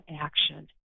action